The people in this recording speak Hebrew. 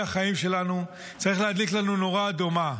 החיים שלנו צריך להדליק אצלנו נורה אדומה.